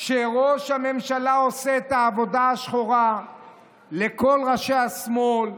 שראש הממשלה עושה את העבודה השחורה לכל ראשי השמאל,